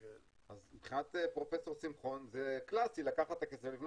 אז מבחינת פרופ' שמחון זה קלאסי לקחת את הכסף ולבנות